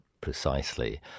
precisely